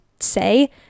say